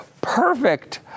perfect